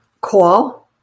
call